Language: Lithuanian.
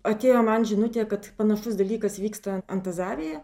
atėjo man žinutė kad panašus dalykas vyksta antazavėje